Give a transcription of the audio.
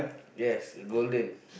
yes golden